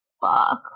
fuck